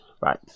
right